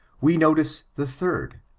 we notice the third,